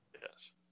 Yes